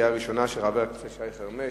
של חבר הכנסת שי חרמש,